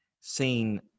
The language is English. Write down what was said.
seen